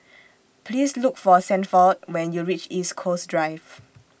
Please Look For Sanford when YOU REACH East Coast Drive